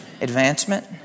Advancement